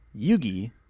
Yugi